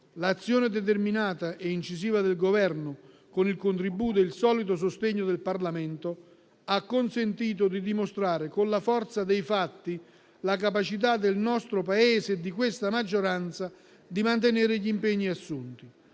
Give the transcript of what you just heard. L'azione determinata e incisiva del Governo, con il contributo e il solido sostegno del Parlamento, ha consentito di dimostrare, con la forza dei fatti, la capacità del nostro Paese e di questa maggioranza di mantenere gli impegni assunti.